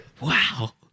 wow